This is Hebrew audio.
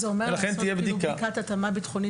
לכן תהיה בדיקה.